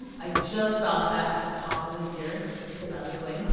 i just stopped that at the top of this year, because i was going